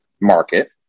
market